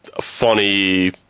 funny